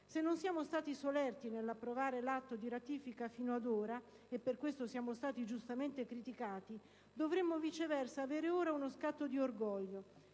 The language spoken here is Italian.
Se non siamo stati solerti nell'approvare l'atto di ratifica fino ad ora - e per questo siamo stati giustamente criticati - dovremo viceversa avere ora uno scatto di orgoglio